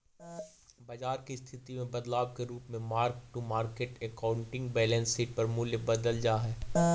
बाजार के स्थिति में बदलाव के रूप में mark to market accounting balance sheet पर मूल्य बदलल जा हई